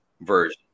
version